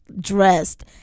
dressed